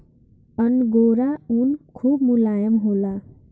angora ऊन खूब मोलायम होला